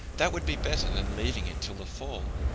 that would be better than leaving it till the fall.